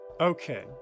Okay